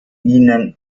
ihnen